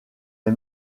les